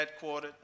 headquartered